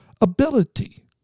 ability